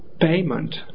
payment